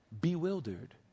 bewildered